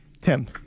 Tim